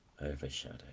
overshadow